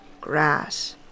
grass